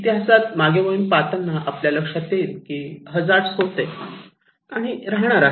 इतिहासात मागे वळून पाहताना आपल्या लक्षात येईल की हजार्ड होते आणि राहणार आहे